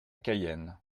cayenne